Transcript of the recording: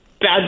bad